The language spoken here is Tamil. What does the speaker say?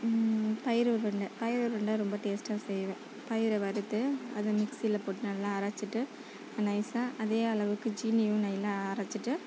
பயிறு உருண்டை பயிறு உருண்டை ரொம்ப டேஸ்டாக செய்வேன் பயிறை வறுத்து அதை மிக்சியில் போட்டு நல்லா அரைச்சிட்டு நைசாக அதே அளவுக்கு ஜீனியும் நெய்லாம் அரைச்சிட்டு